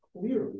clearly